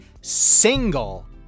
single